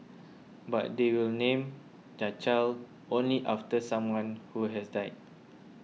but they will name their child only after someone who has died